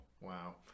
Wow